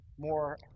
more